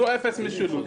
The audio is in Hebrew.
זה אפס משילות,